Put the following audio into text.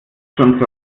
schon